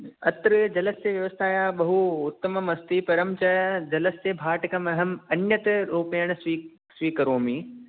अत्र जलस्य व्यवस्था बहु उत्तमं अस्ति परं च जलस्य भाटकम् अहम् अन्यत् रूपेण स्वी स्वीकरोमि